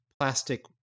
plastic